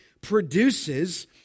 produces